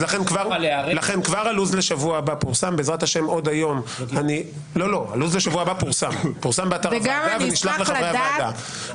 לכן כבר הלו"ז לשבוע הבא פורסם באתר הוועדה ונשלח לחברי הוועדה.